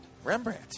Rembrandt